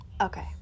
Okay